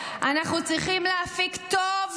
שאת כל כך מצדדת בו,